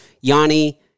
Yanni